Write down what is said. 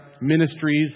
ministries